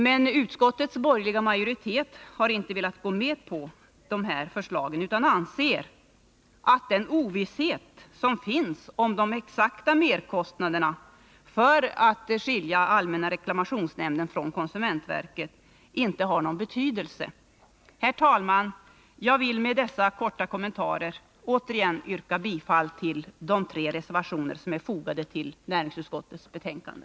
Men utskottets borgerliga majoritet har inte velat gå med på det förslaget utan anser att den ovisshet som finns om de exakta merkostnaderna för att skilja allmänna reklamationsnämnden från konsumentverket inte har någon betydelse. Herr talman! Jag vill med dessa korta kommentarer återigen yrka bifall till de tre reservationer som är fogade till näringsutskottets betänkande.